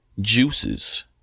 juices